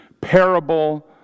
parable